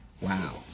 Wow